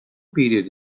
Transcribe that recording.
period